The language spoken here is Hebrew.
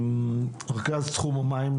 נדב טל, רכז תחום המים,